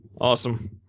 awesome